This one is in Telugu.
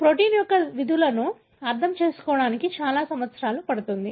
ప్రోటీన్ యొక్క విధులను అర్థం చేసుకోవడానికి చాలా సంవత్సరాలు పడుతుంది